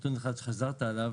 נתון אחד שחזרת עליו.